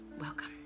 Welcome